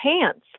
pants